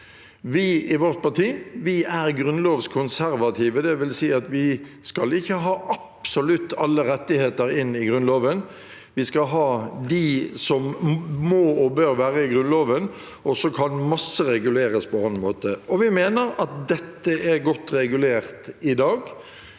Vi i vårt parti er grunnlovskonservative. Det vil si at vi ikke vil ha absolutt alle rettigheter inn i Grunnloven. Vi skal ha de rettighetene som må og bør være i Grunnloven, og så kan masse reguleres på annen måte. Vi mener at dette er godt regulert i dag.